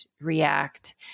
react